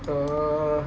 err